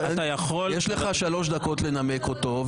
יש לך שלוש דקות לנמק אותו.